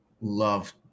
love